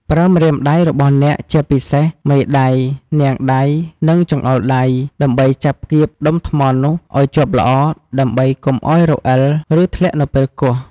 ប្រើម្រាមដៃរបស់អ្នកជាពិសេសមេដៃ នាងដៃ និងចង្អុលដៃ ដើម្បីចាប់គៀបដុំថ្មនោះឲ្យជាប់ល្អ ដើម្បីកុំឲ្យរអិល ឬធ្លាក់នៅពេលគោះ។